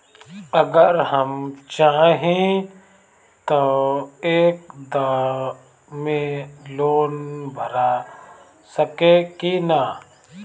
अगर हम चाहि त एक दा मे लोन भरा सकले की ना?